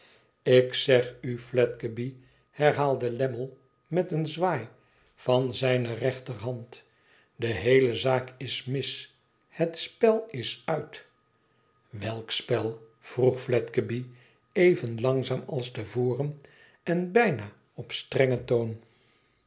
ik zeg u fledgeby herhaalde lammie met een zwaai van zijne rechterhand de geheele zaak is mis het spel is uit welk spel vroeg fledgeby even langzaam als te voren en bijna op strengen toon